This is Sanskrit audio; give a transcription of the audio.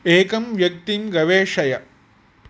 एकं व्यक्तिं गवेषय